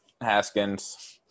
Haskins